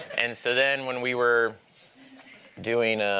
and so then when we were doing